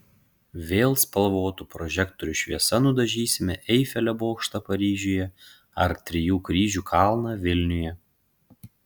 vėl spalvotų prožektorių šviesa nudažysime eifelio bokštą paryžiuje ar trijų kryžių kalną vilniuje